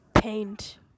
Paint